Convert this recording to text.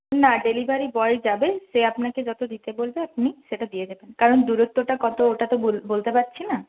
না delivery boy যাবে সে আপনাকে যত দিতে বলবে আপনি সেটা দিয়ে দেবেন কারণ দূরত্বটা কত ওটা তো বল বলতে পারছি না